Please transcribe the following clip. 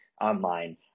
online